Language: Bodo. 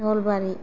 नलबारि